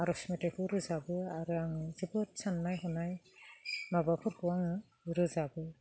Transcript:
आर'ज मेथाइखौ रोजाबो आरो आं जोबोद साननाय हनाय माबाफोरखौ आङो रोजाबो